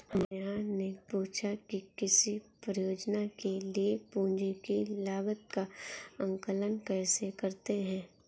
नेहा ने पूछा कि किसी परियोजना के लिए पूंजी की लागत का आंकलन कैसे करते हैं?